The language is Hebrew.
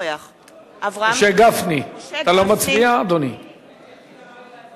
נגד אני לא מבין למה.